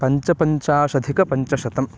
पञ्चपञ्चाशदधिकपञ्चशतम्